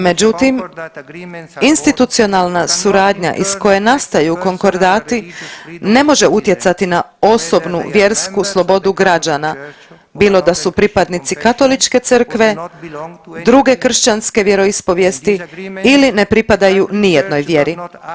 Međutim, institucionalna suradnja iz koje nastaju konkordati ne može utjecati na osobnu vjersku slobodu građana, bilo da su pripadni Katoličke Crkve , druge kršćanske vjeroispovijesti ili ne pripadaju nijednoj vjeri.